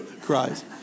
Cries